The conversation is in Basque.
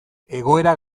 egoera